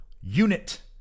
unit